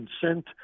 consent